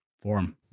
form